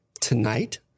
tonight